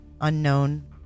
Unknown